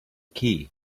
key